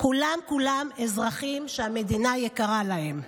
כולם כולם אזרחים שהמדינה יקרה להם.